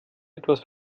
etwas